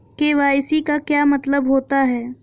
KYC का क्या मतलब होता है?